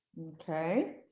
Okay